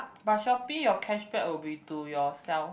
but Shopee your cashback will be to yourself